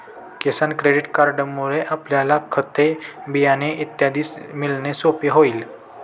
किसान credit कार्डमुळे आपल्याला खते, बियाणे इत्यादी मिळणे सोपे होईल